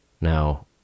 Now